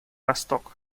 восток